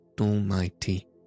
Almighty